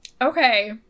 Okay